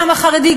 גם החרדי,